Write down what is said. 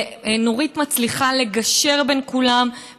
ונורית מצליחה לגשר בין כולם,